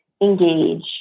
engage